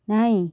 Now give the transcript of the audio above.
ନାହିଁ